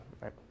right